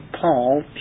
Paul